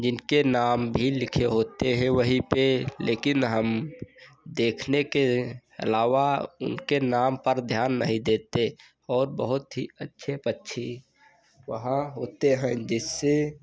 जिनके नाम भी लिखे होते हैं वहीं पर लेकिन हम देखने के अलावा उनके नाम पर ध्यान नहीं देते और बहुत ही अच्छे पक्षी वहाँ होते हैं जिससे